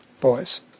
Boys